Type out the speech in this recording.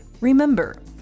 remember